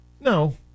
No